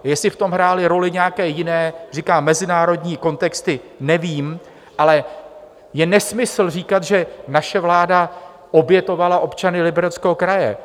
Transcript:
Jestli v tom hrály roli nějaké jiné, říkám, mezinárodní kontexty, nevím, ale je nesmysl říkat, že naše vláda obětovala občany Libereckého kraje.